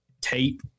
tape